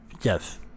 yes